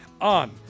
on